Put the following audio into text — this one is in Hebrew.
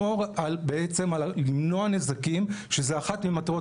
בעצם על מנת למנוע נזקים שזאת אחת ממטרות